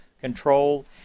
Control